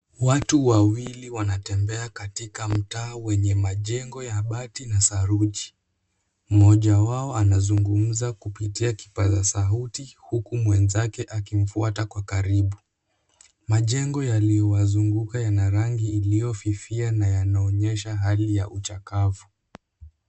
Watu wawili wanatembea katika mtaa wenye majengo ya bati na saruji. Mmoja wao anazungumza kupitia kipaza sauti, huku mwenzake akimfuata kwa karibu. Majengo yaliyowazunguka yana rangi iliyo fifia na yanaonyesha hali ya uchakavu.